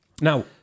Now